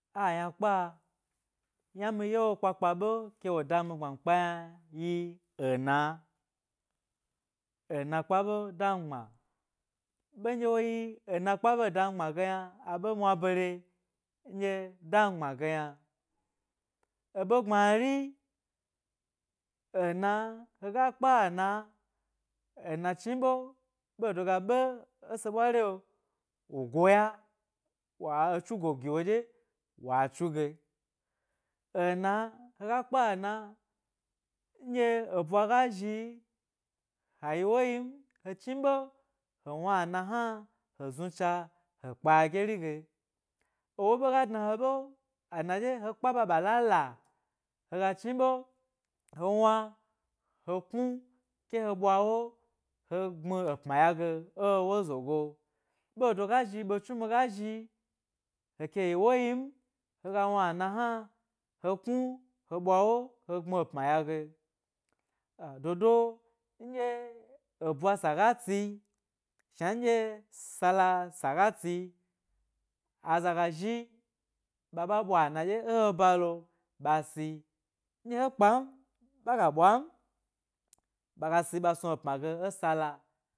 A yna kpa ynami ye wo kpa kipa ke wo dami gbma mi kpa yna yi ena, ena kpa be dami gbma, ɓe ndye wo yi ena kpa ɓe wo da mi gbma ge yna aɓe mwa bare ndye dami gbma ge yna eɓe gbmari. Ena, hega kpa ena chni ɓe ɓedo ga be ese ɓwari'o wo go wo ya, wa etsu go giwo ɗye wa tsu ge, ena, hega kpa, ena nɗye ebwa ga zhi ha yi wo yim hechni ɓe he rona ena hna he znu cha he kpa agyeri ge ewo ɓe ga dna he ɓe, ena dye he kpa ɓa ɓa la la, hega chni ɓe he wna he knu ke he ɓwa iwo he gbmi e pma ya ge ė ewo zogo, ɓedo ga zhi ɓe dnumi ga zhi he keyi wo yi m hega wna ena hna he knu he ɓwa wo he gbmi epma ya ge ah-dodo ebwasa ga tsi shna ndye sala sa ga tsi, aza ga zhi ɓa ɓa ɓwa ena ɗye he balo ɓa si nɗye hee kpan ɓaga ɓwam, ɓaga si ɓa snu epma ge e sala.